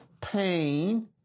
pain